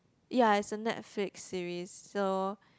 ya as a Netflix series so